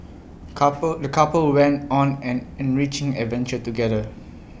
couple the couple went on an enriching adventure together